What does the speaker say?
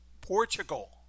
Portugal